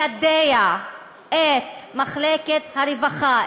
ליידע את מחלקת הרווחה,